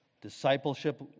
Discipleship